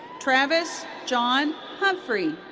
travis john humphrey.